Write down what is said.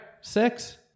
Six